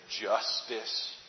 justice